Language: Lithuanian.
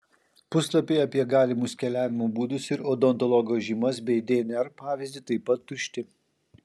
puslapiai apie galimus keliavimo būdus ir odontologo žymas bei dnr pavyzdį taip pat tušti